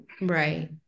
Right